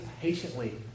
patiently